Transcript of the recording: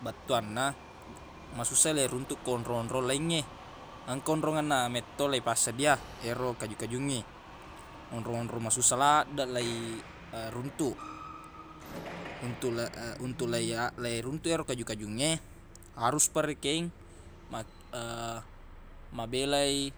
Bettuanna masussa leiruntuq ko onrong-onrong lengnge engka onrongenna metto leifassedia ero kaju-kajungnge onrong-onrong masussa laddeq lei- runtuq untuq untuq leiya- leiruntuq ero kaju-kajungnge harus pa rekeng mak- mabelai